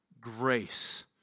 grace